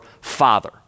father